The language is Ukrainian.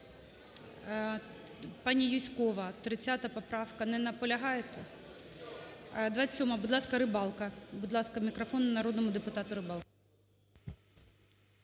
Пані Юзькова, 30 поправка. Не наполягаєте? 27-а, будь ласка, Рибалка. Будь ласка, мікрофон народному депутату Рибалке.